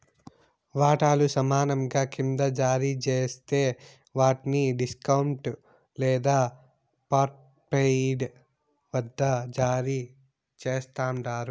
వాటాలు సమానంగా కింద జారీ జేస్తే వాట్ని డిస్కౌంట్ లేదా పార్ట్పెయిడ్ వద్ద జారీ చేస్తండారు